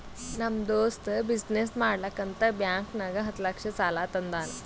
ನಮ್ ದೋಸ್ತ ಬಿಸಿನ್ನೆಸ್ ಮಾಡ್ಲಕ್ ಅಂತ್ ಬ್ಯಾಂಕ್ ನಾಗ್ ಹತ್ತ್ ಲಕ್ಷ ಸಾಲಾ ತಂದಾನ್